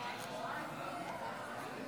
נגד, תשעה, אין נמנעים.